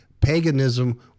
paganism